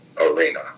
arena